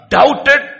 doubted